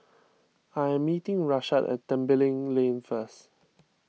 I am meeting Rashaad at Tembeling Lane first